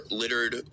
littered